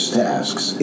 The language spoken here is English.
tasks